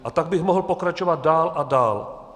A tak bych mohl pokračovat dál a dál.